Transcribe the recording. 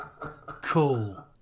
Cool